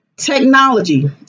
technology